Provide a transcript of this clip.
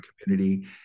community